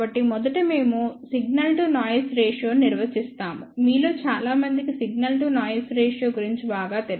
కాబట్టి మొదట మేము సిగ్నల్ టు నాయిస్ రేషియో ని నిర్వచిస్తాము మీలో చాలా మందికి సిగ్నల్ టు నాయిస్ రేషియో గురించి బాగా తెలుసు